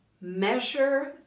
measure